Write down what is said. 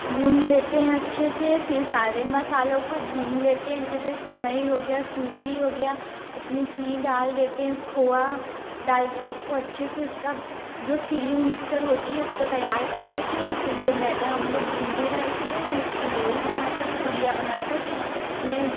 गूथ लेते हैं अच्छे से फिर सारे मसालों को भून लेते हैं जैसे सेमई हो गया सूजी हो गया उसमें चीनी डाल देते हैं खोआ डाल के उसको अच्छे से उसका जो फिलिंग मिक्सचर होती है उसको तैयार कर लेते हैं फिर जो मैदा हम लोग गूंदे रहते हैं उसकी लोई बनाकर पूड़ियाँ बनाकर उसमें